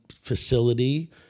facility